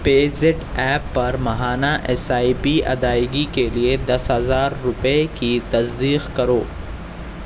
پے zip app پر ماہانہ S I P ادائیگی کے لیے دس ہزار روپے کی تصدیق کرو